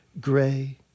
gray